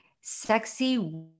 sexy